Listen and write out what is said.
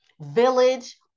village